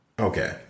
Okay